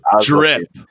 drip